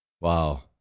Wow